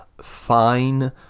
fine